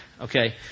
okay